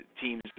teams